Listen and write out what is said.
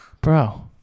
bro